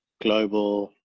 global